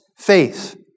faith